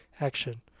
action